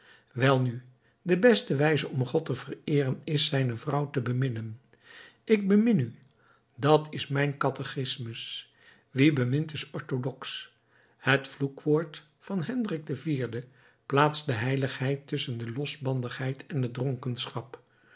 welnu de beste wijze om god te vereeren is zijne vrouw te beminnen ik bemin u dat is mijn catechismus wie bemint is orthodox het vloekwoord van hendrik iv plaatst de heiligheid tusschen de losbandigheid en